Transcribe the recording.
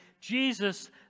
Jesus